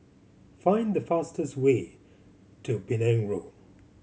find the fastest way to Penang Road